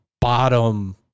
bottom